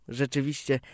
rzeczywiście